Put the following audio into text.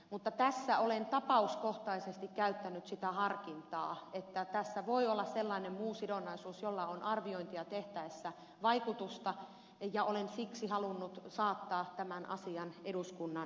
mutta tässä olen tapauskohtaisesti käyttänyt sitä harkintaa että tässä voi olla sellainen muu sidonnaisuus jolla on arviointia tehtäessä vaikutusta ja olen siksi halunnut saattaa tämän asian eduskunnan tietoon